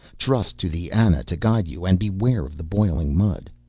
trust to the ana to guide you and beware of the boiling mud.